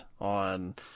on